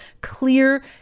clear